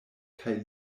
kaj